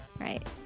Right